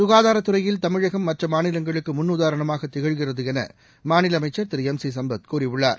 க்காதாரத்துறையில் தமிழகம் மற்ற மாநிலங்களுக்கு முன் உதாரணமாகத் திகழ்கிறது என மாநில அமைச்சர் திரு எம் சி சம்பத் கூறியுள்ளார்